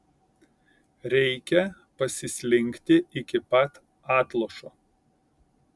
reikia pasislinkti iki pat atlošo